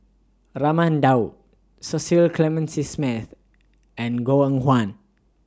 Raman Daud Cecil Clementi Smith and Goh Eng Huan